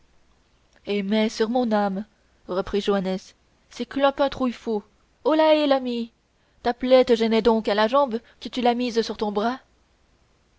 eh mais sur mon âme reprit joannes c'est clopin trouillefou holàhée l'ami ta plaie te gênait donc à la jambe que tu l'as mise sur ton bras